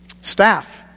Staff